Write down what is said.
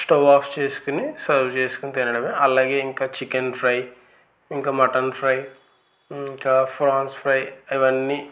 stove off చేసుకుని serve చేసుకుని తినడమే అలాగే ఇంకా చికెన్ ఫ్రై ఇంకా మటన్ ఫ్రై ఇంకా ఫ్రాన్స్ ఫ్రై అవన్నీ